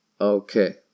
Okay